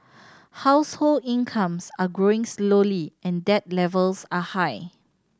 household incomes are growing slowly and debt levels are high